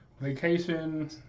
Vacation